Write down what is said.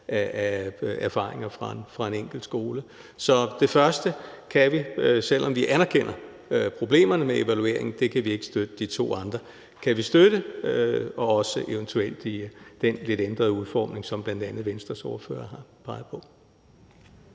af erfaringer fra en enkelt skole. Så det første kan vi, selv om vi anerkender problemerne med evalueringen, ikke støtte. De to andre kan vi støtte, også i den eventuelt lidt ændrede udformning, som bl.a. Venstres ordfører har peget på.